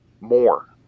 more